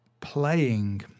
playing